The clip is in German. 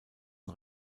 und